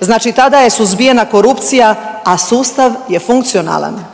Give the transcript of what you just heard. znači tada je suzbijena korupcija, a sustav je funkcionalan.